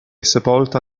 sepolta